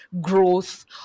growth